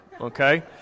okay